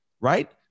right